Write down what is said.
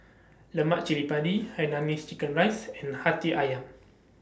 Lemak Cili Padi Hainanese Chicken Rice and Hati Ayam